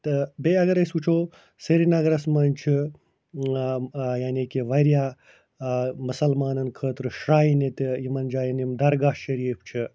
تہٕ بیٚیہِ اگر أسۍ وُچھُو سریٖنگرس منٛز چھِ یعنی کہِ وارِیاہ مُسلمانن خٲطرٕ شراینہٕ تہٕ یِمن جاین یِم درگاہ شریٖف چھِ